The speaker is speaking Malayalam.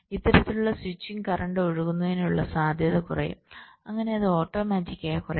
അതിനാൽ ഇത്തരത്തിലുള്ള സ്വിച്ചിംഗ് കറന്റ് ഒഴുകുന്നതിനുള്ള സാധ്യത കുറയും അങ്ങനെ അത് ഓട്ടോമാറ്റിക്കായി കുറയും